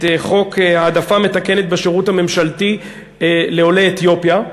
חוק ההעדפה המתקנת בשירות הממשלתי לעולי אתיופיה,